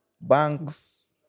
banks